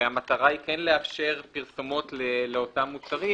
והמטרה היא כן לאפשר פרסומות לאותם מוצרים,